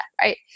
right